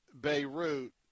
Beirut